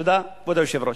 תודה, כבוד היושב-ראש.